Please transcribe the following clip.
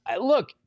Look